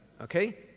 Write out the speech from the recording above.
Okay